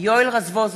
יואל רזבוזוב,